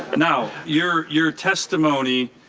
now, your your testimony,